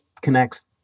connects